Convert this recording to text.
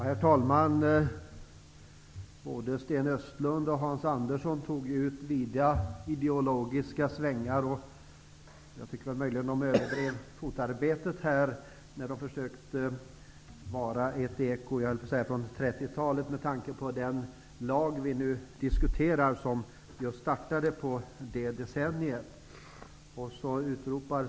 Herr talman! Både Sten Östlund och Hans Andersson tog ut vida ideologiska svängar. Jag tycker möjligen att de överdrev fotarbetet när de försökte att vara ett eko, jag höll på att säga, från 30-talet. Den lag som vi nu diskuterar härrör ju från det decenniet.